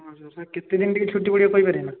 ହଁ sir sir କେତେ ଦିନ ଟିକେ ଛୁଟି ପଡ଼ିବ କହିପାରିବେ ନା